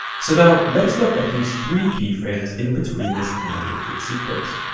so now let's look at these three keyframes in between this animated sequence.